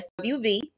SWV